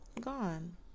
Gone